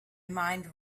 mind